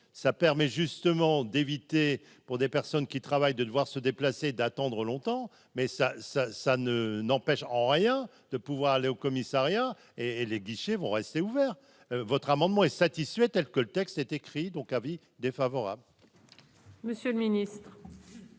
ça permet justement d'éviter pour des personnes qui travaillent de devoir se déplacer d'attendre longtemps mais ça ça ça ne n'empêche en rien de pouvoir aller au commissariat et et les guichets vont rester ouverts votre amendement est satisfait, tels que le texte est écrit donc : avis défavorable. Monsieur le Ministre.